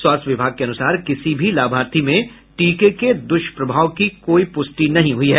स्वास्थ्य विभाग के अनुसार किसी भी लाभार्थी में टीके के दुष्प्रभाव की पुष्टि नहीं हुई है